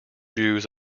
jews